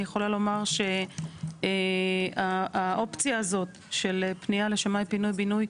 אני יכולה לומר שהאופציה הזאת של פנייה לשמאי פינוי בינוי,